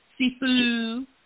Sifu